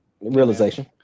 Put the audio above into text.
Realization